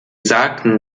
sagten